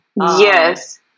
Yes